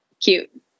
Cute